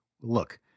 Look